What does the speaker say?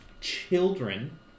children